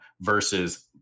versus